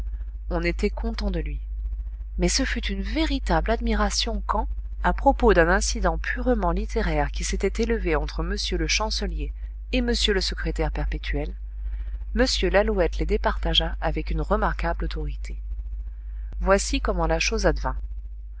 on était content de lui mais ce fut une véritable admiration quand à propos d'un incident purement littéraire qui s'était élevé entre m le chancelier et m le secrétaire perpétuel m lalouette les départagea avec une remarquable autorité voici comment la chose